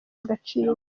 agaciro